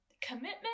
commitment